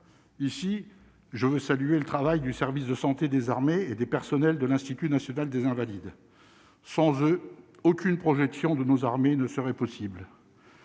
ici je veux saluer le travail du service de santé des armées et des personnels de l'Institut National des invalides sans eux aucune projection de nos armées ne serait possible.